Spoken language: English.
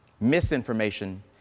misinformation